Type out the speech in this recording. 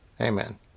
Amen